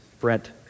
Brent